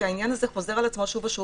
כי העניין הזה חוזר על עצמו שוב ושוב.